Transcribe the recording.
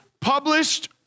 published